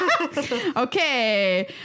Okay